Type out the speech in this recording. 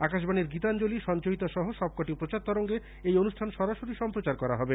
আকাশবাণীর গীতাঞ্জলী সঞ্চয়িতা সহ সবকটি প্রচারতরঙ্গে এই অনুষ্ঠান সরাসরি সম্প্রচার করা হবে